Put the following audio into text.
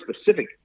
specific